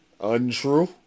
untrue